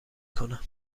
کنم